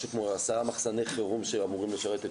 משהו כמו עשרה מחסני חירום שאמורים לשרת את